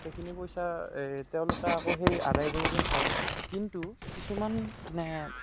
সেইখিনি পইচা তেওঁলোকে আকৌ সেই আদায় কৰিব পাৰে কিন্তু কিছুমান মানে